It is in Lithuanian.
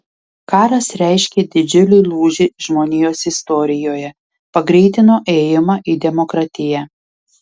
karas reiškė didžiulį lūžį žmonijos istorijoje pagreitino ėjimą į demokratiją